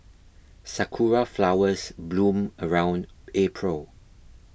sakura flowers bloom around April